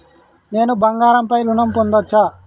నేను బంగారం పై ఋణం పొందచ్చా?